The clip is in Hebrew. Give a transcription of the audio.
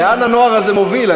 לאן הנוער הזה מוביל?